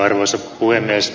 arvoisa puhemies